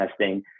testing